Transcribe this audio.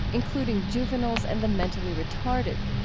including juveniles and the mentally retarded.